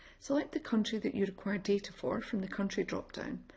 select the country that you require data for from the country drop-down.